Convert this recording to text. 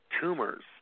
tumors